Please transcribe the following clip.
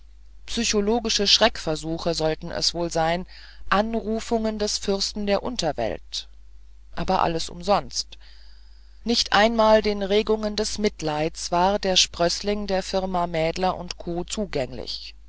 psychologische schreckversuche sollten es wohl sein anrufungen des fürsten der unterwelt aber alles war umsonst nicht einmal den regungen des mitleids war der sprößling der firma mädler co zugänglich